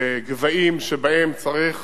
בגבהים שבהם צריך